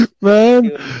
man